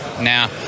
Now